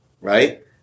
right